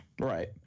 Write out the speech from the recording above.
Right